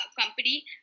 company